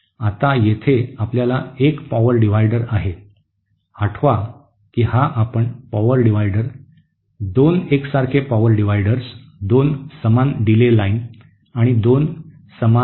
आता येथे आपल्याकडे एक पॉवर डिव्हायडर आहे आठवा की आपण पॉवर डिवाइडर 2 एकसारखे पावर डिवाइडर्स 2 समान डिले लाइन आणि 2 समान अॅम्प्लीफायर्स पूर्ण केले आहेत